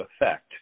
effect